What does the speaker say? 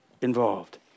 involved